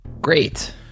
Great